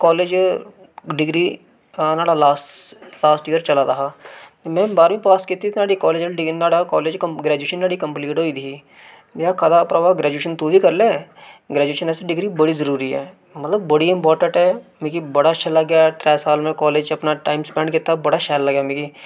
college च degree नुआढ़ा last year चला दा हा में बाह्रमीं पास कीती ते नुहाड़ी कालज डिग्री न्हाड़ा कालज ग्रैजुशन नुहाड़ी कम्लीट होई गेदी ही मिगी आखै दा हा भ्रावा ग्रैजुएशन तूं बी करी लै ग्रैजुशन डिग्री बड़ी जरूरी ऐ मतलब बड़ी गै इम्पार्टैंट ऐ मिगी बड़ा अच्छा लगेआ त्रै साल कालेज च में अपना टैम सपैंड कीता बड़ा अच्छा लग्गेआ मिगी